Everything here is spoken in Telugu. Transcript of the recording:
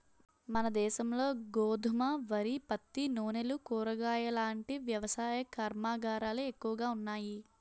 మనదేశంలో గోధుమ, వరి, పత్తి, నూనెలు, కూరగాయలాంటి వ్యవసాయ కర్మాగారాలే ఎక్కువగా ఉన్నాయి